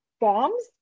bombs